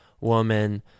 woman